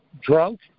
drunk